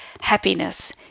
happiness